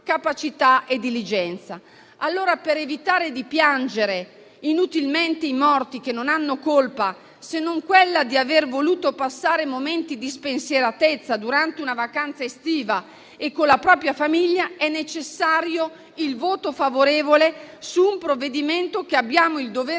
capacità e diligenza. Allora, per evitare di piangere inutilmente i morti che non hanno colpa, se non quella di aver voluto passare momenti di spensieratezza durante una vacanza estiva con la propria famiglia, è necessario il voto favorevole su un provvedimento che abbiamo il dovere